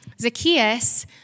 Zacchaeus